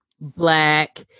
black